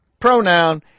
pronoun